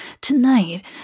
tonight